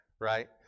right